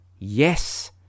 Yes